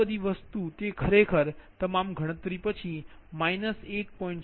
આ બધી વસ્તુ તે ખરેખર તમામ ગણતરી પછી 1